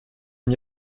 und